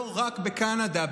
לא רק בקנדה,